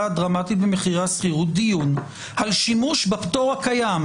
הדרמטית במחירי השכירות דיון על השימוש בפטור הקיים?